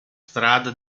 strada